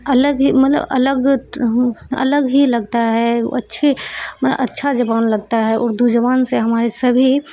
الگ ہی مطلب الگ الگ ہی لگتا ہے اچھے مطلب اچھا زبان لگتا ہے اردو زبان سے ہمارے سبھی